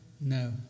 No